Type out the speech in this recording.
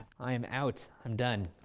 i am out. i'm done.